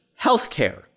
healthcare